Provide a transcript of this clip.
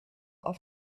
auf